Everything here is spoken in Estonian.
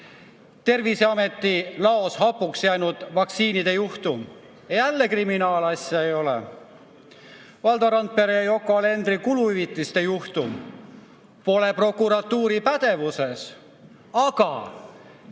Terviseameti laos hapuks läinud vaktsiinide juhtum – jälle kriminaalasja ei ole. Valdo Randpere ja Yoko Alenderi kuluhüvitiste juhtum – pole prokuratuuri pädevuses. Aga